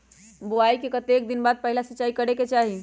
बोआई के कतेक दिन बाद पहिला सिंचाई करे के चाही?